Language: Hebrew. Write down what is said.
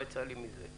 מה יצא לי מזה?